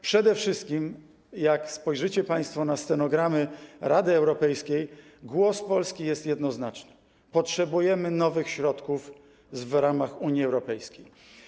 Przede wszystkim jednak, jak spojrzycie państwo na stenogramy z posiedzeń Rady Europejskiej, głos Polski jest jednoznaczny: potrzebujemy nowych środków w ramach Unii Europejskiej.